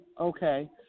Okay